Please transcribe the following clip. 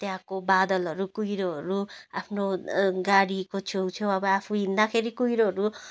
त्यहाँको बादलहरू कुहिरोहरू आफ्नो गाडीको छेउछेउ अब आफू हिँडदाखेरि कुहिरोहरू